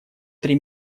три